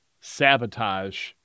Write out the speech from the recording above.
Sabotage